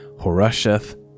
Horasheth